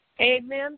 Amen